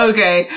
Okay